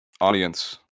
audience